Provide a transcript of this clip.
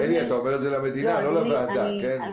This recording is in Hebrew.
אלי, אתה אומר את זה למדינה, לא לוועדה, כן?